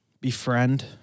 befriend